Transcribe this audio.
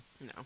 no